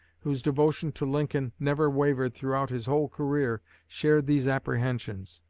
whose devotion to lincoln never wavered throughout his whole career, shared these apprehensions.